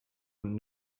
und